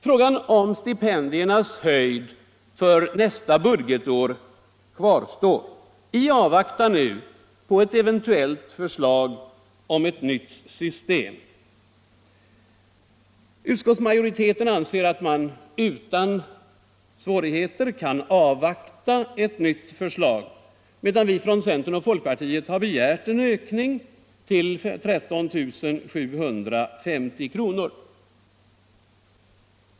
Frågan om stipendiernas höjd för nästa budgetår kvarstår i avvaktan på ett eventuellt förslag om ett nytt system. Utskottsmajoriteten anser att man utan svårighet kan avvakta ett nytt förslag, medan vi från centern och folkpartiet har begärt en ökning av stipendierna till 13 750 kr.